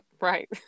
Right